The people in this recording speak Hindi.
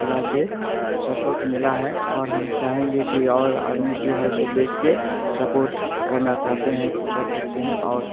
तरह से सपोर्ट मिला है और हम चाहेंगे कि और आदमी जो है सो देख के सपोर्ट करना चाहते हैं तो कर सकते हैं और